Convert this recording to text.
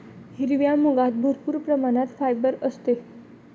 हिरव्या मुगात भरपूर प्रमाणात फायबर असते